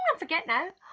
and forget now!